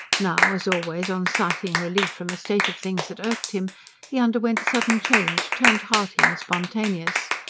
now as always on sighting relief from a state of things that irked him he underwent a sudden change, turned hearty and spontaneous,